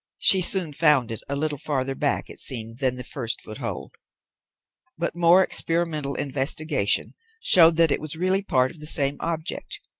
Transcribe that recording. she soon found it, a little farther back it seemed than the first foothold but more experimental investigation showed that it was really part of the same object.